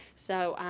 so,